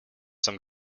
some